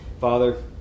Father